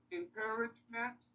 encouragement